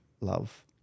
love